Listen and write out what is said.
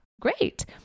Great